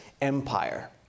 empire